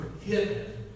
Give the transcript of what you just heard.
forgiven